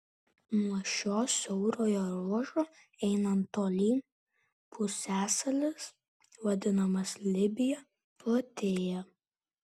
nuo šio siaurojo ruožo einant tolyn pusiasalis vadinamas libija platėja